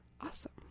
awesome